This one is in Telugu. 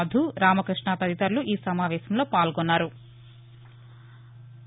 మధు రామకృష్ణ తదితరులు ఈ సమావేశంలో పాల్గొన్నారు